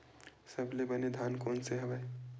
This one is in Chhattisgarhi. सबले बने धान कोन से हवय?